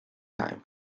time